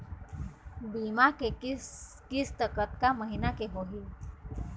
बीमा के किस्त कतका महीना के होही?